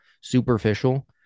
superficial